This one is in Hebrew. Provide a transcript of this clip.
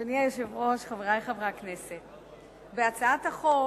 אדוני היושב-ראש, חברי חברי הכנסת, בהצעת החוק